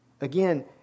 Again